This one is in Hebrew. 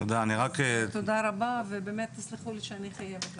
תודה רבה, ותסלחו לי שאני חייבת לצאת.